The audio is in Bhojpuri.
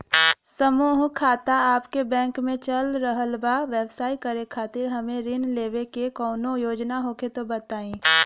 समूह खाता आपके बैंक मे चल रहल बा ब्यवसाय करे खातिर हमे ऋण लेवे के कौनो योजना होखे त बताई?